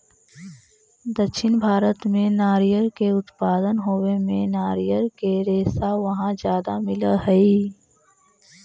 दक्षिण भारत में नारियर के उत्पादन होवे से नारियर के रेशा वहाँ ज्यादा मिलऽ हई